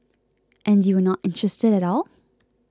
and you were not interested at all